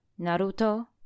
Naruto